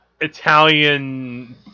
Italian